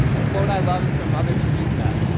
a quote i love is from mother theresa,